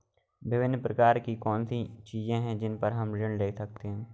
विभिन्न प्रकार की कौन सी चीजें हैं जिन पर हम ऋण ले सकते हैं?